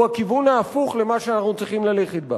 הכיוון ההפוך למה שאנחנו צריכים ללכת בו.